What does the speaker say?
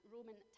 Roman